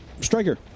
Striker